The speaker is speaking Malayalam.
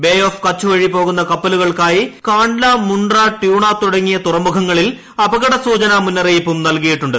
ബേ ഓഫ് കച്ച് വഴി പോകുന്ന കപ്പലുകൾക്കായി കണ്ട്ല മുണ്ട്റ ട്യൂണ തുടങ്ങിയ തുറമുഖങ്ങളിൽ അപകടസൂചന മുന്നറിയിപ്പും നൽകിയിട്ടുണ്ട്